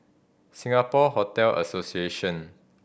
Singapore Hotel Association